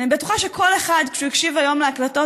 אני בטוחה שכל אחד כשהוא הקשיב היום להקלטות,